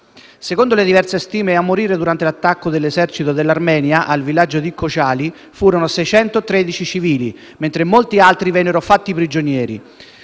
Secondo le diverse stime, a morire durante l'attacco dell'esercito dell'Armenia al villaggio di Khojaly furono 613 civili, mentre molti altri vennero fatti prigionieri.